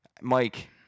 Mike